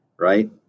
Right